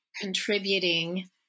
contributing